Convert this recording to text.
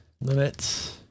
limits